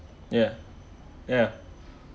ya ya ya